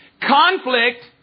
Conflict